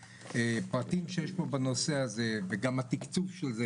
אני גם מזכיר שיש כאן נושא של תקצוב,